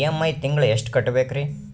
EMI ತಿಂಗಳ ಎಷ್ಟು ಕಟ್ಬಕ್ರೀ?